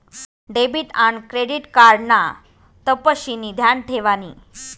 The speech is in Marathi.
डेबिट आन क्रेडिट कार्ड ना तपशिनी ध्यान ठेवानी